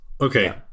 okay